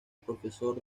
profesor